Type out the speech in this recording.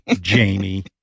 Jamie